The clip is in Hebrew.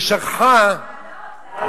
היא שכחה,